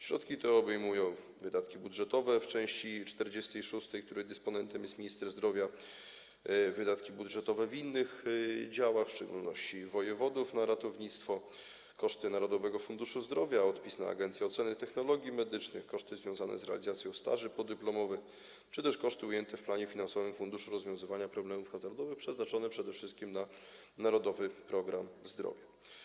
Środki te obejmują wydatki budżetowe w części 46, której dysponentem jest minister zdrowia, wydatki budżetowe w innych działach, w szczególności wojewodów, wydatki na ratownictwo, koszty Narodowego Funduszu Zdrowia, odpis dla Agencji Oceny Technologii Medycznych, koszty związane z realizacją staży podyplomowych czy też koszty ujęte w planie finansowym Funduszu Rozwiązywania Problemów Hazardowych - te środki przeznaczone są przede wszystkim na Narodowy Program Zdrowia.